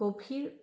গভীৰ